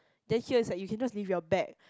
then here is like you can just leave your bag